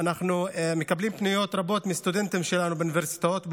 אנחנו מקבלים פניות רבות מסטודנטים שלנו באוניברסיטאות ובמכללות,